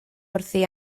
wrthi